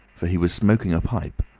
for he was smoking a pipe,